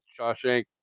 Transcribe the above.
Shawshank